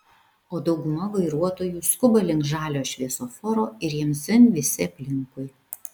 o dauguma vairuotojų skuba link žalio šviesoforo ir jiems dzin visi aplinkui